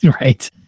right